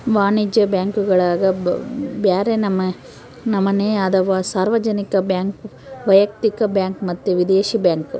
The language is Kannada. ವಾಣಿಜ್ಯ ಬ್ಯಾಂಕುಗುಳಗ ಬ್ಯರೆ ನಮನೆ ಅದವ, ಸಾರ್ವಜನಿಕ ಬ್ಯಾಂಕ್, ವೈಯಕ್ತಿಕ ಬ್ಯಾಂಕ್ ಮತ್ತೆ ವಿದೇಶಿ ಬ್ಯಾಂಕ್